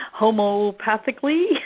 homopathically